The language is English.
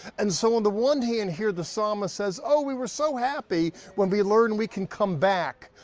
and so on the one hand here the psalmist says, oh we were so happy when we learned we can come back.